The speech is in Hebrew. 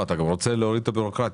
אתה רוצה להוריד את הבירוקרטיה.